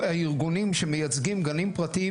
הארגונים שמייצגים גנים פרטיים,